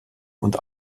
und